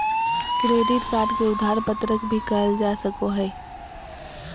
credit card के उधार पत्रक भी कहल जा सको हइ